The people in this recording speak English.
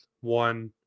one